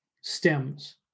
stems